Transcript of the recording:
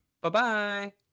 Bye-bye